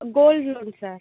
gold loan sir